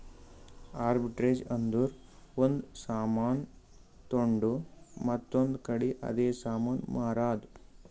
arbitrage ಅಂದುರ್ ಒಂದ್ ಸಾಮಾನ್ ತೊಂಡು ಮತ್ತೊಂದ್ ಕಡಿ ಅದೇ ಸಾಮಾನ್ ಮಾರಾದ್